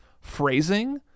phrasing